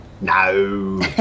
No